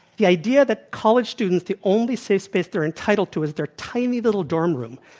the idea that college students, the only safe space they're entitled to is their tiny little dorm room,